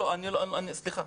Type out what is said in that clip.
סליחה.